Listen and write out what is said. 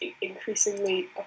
increasingly